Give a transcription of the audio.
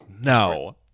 no